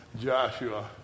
Joshua